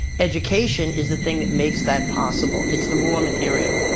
education is the thing that makes that possible. it's the raw material.